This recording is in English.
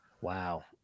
Wow